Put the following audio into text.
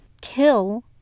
kill